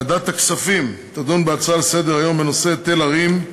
ועדת הכספים תדון בהצעות לסדר-היום בנושא: היטל הרים,